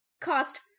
cost